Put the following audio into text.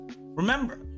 Remember